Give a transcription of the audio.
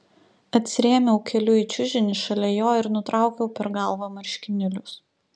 atsirėmiau keliu į čiužinį šalia jo ir nutraukiau per galvą marškinėlius